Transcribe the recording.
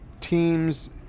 teams